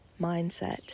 mindset